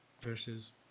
versus